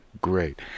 Great